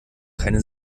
keine